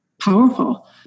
powerful